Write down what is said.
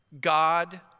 God